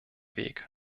weg